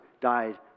died